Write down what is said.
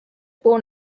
born